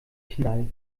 knall